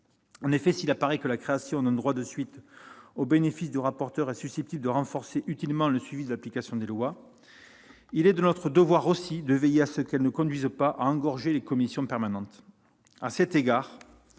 En effet, s'il apparaît que la création d'un droit de suite au bénéfice du rapporteur est susceptible de renforcer utilement le suivi de l'application des lois, il est aussi de notre devoir de veiller à ce que cela ne conduise pas à engorger les commissions permanentes.